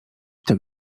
tak